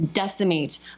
decimate